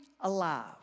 alive